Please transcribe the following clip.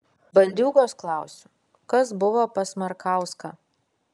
bandiūgos klausiu kas buvo pas markauską